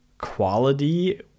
quality